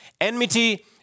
Enmity